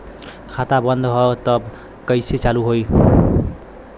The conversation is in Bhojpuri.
खाता बंद ह तब कईसे चालू होई?